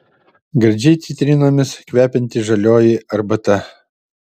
gardžiai citrinomis kvepianti žalioji arbata